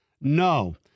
no